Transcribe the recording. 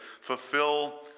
fulfill